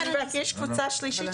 אני רק מבקשת להוסיף קבוצה שלישית,